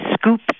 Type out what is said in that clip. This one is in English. scoop